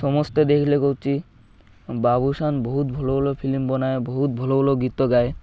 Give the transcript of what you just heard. ସମସ୍ତେ ଦେଖିଲେ କହୁଛି ବାବୁସାନ ବହୁତ ଭଲ ଭଲ ଫିଲିମ୍ ବନାଏ ବହୁତ ଭଲ ଭଲ ଗୀତ ଗାଏ